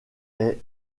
est